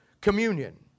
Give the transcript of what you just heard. Communion